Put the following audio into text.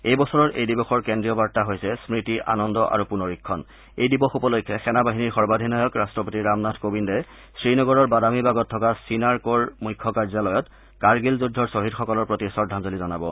এই বছৰৰ এই দিৱসৰ কেন্দ্ৰীয় বাৰ্তা হৈছে স্মৃতি আনন্দ আৰু পুনৰীক্ষণ এই দিৱস উপলক্ষে সেনা বাহিনীৰ সৰ্বাধিনায়ক ৰট্টপতি ৰামনাথ কোবিন্দে শ্ৰীনগৰৰ বাদামীবাগত থকা চিনাৰ কৰ মুখ্য কাৰ্যালয়ত কাৰ্গিল যুদ্ধৰ শ্বহীদসকলৰ প্ৰতি শ্ৰদ্বাঞ্জলি জনাব